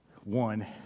one